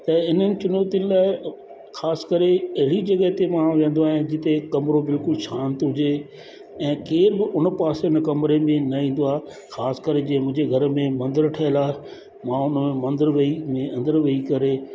त इन्हनि चुनौतियुनि लाइ ख़ासि करे अहिड़ी जॻहि ते माण्हू वेंदो आहे जिते कमिरो बिल्कुलु शांति हुजे ऐं के बि उन पासे में कमिरे में न ईंदो आहे ख़ासि करे जीअं मुंहिंजे घर में मंदरु ठहियल आहे मां उन में मंदरु वेही में अंदरि वेही करे